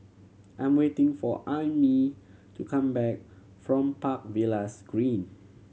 I'm waiting for Aimee to come back from Park Villas Green